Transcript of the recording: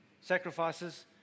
sacrifices